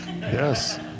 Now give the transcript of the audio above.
Yes